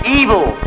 evil